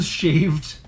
shaved